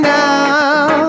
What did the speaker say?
now